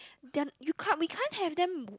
they are you can't we can't have them